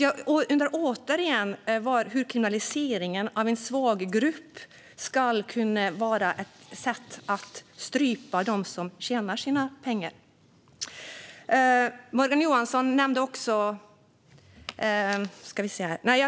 Jag undrar återigen hur kriminalisering av en svag grupp ska kunna vara ett sätt att strypa dem som tjänar pengarna.